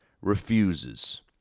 refuses